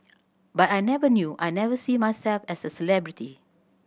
but I never knew I never see myself as a celebrity